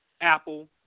Apple